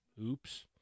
oops